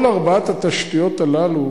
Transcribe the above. כל ארבע התשתיות הללו